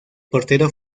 portero